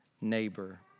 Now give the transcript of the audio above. neighbor